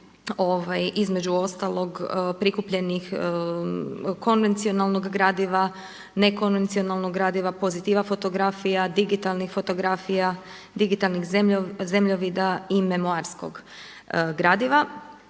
između ostalog prikupljenih, konvencionalnog gradiva, ne konvencionalnog gradiva, pozitiva fotografija, digitalnih fotografija, digitalnih zemljovida i memoarskog gradiva.